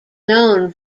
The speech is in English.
known